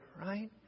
right